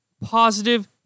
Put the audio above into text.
positive